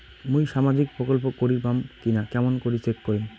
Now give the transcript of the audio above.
মুই সামাজিক প্রকল্প করির পাম কিনা কেমন করি চেক করিম?